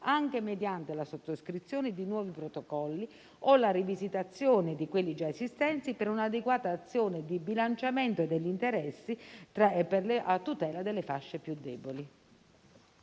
anche mediante la sottoscrizione di nuovi protocolli o la rivisitazione di quelli già esistenti, per un'adeguata azione di bilanciamento degli interessi a tutela delle fasce più deboli.